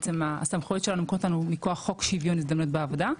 הסמכויות שלנו מוענקות לנו מכוח חוק שוויון הזדמנויות בעבודה,